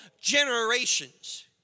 generations